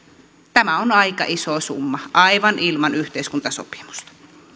tämä on aika iso summa aivan ilman yhteiskuntasopimusta